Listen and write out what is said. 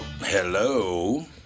Hello